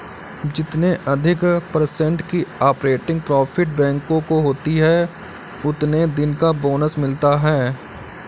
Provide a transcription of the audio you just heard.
जितने अधिक पर्सेन्ट की ऑपरेटिंग प्रॉफिट बैंकों को होती हैं उतने दिन का बोनस मिलता हैं